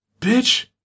bitch